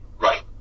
Right